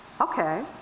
Okay